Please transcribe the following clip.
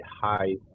high